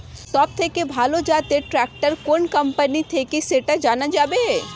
সবথেকে ভালো জাতের ট্রাক্টর কোন কোম্পানি থেকে সেটা জানা যাবে?